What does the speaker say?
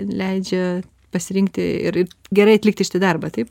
leidžia pasirinkti ir gerai atlikti šitą darbą taip